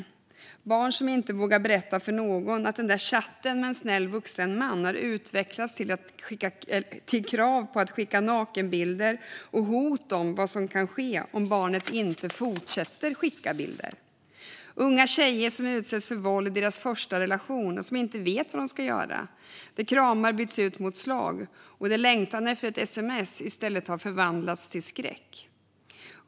Det är barn som inte vågar berätta för någon att den där chatten med en snäll vuxen man har utvecklats till krav på att skicka nakenbilder och hot om vad som kan ske om barnet inte fortsätter skicka bilder. Det är unga tjejer som utsätts för våld i sin första relation och som inte vet vad de ska göra. Kramar har bytts ut mot slag. Längtan efter ett sms har förvandlats till skräck.